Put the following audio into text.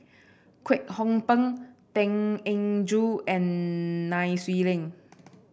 Kwek Hong Png Tan Eng Joo and Nai Swee Leng